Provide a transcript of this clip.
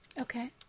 Okay